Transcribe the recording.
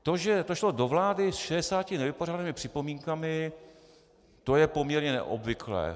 To, že to šlo do vlády s 60 nevypořádanými připomínkami, to je poměrně neobvyklé.